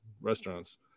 restaurants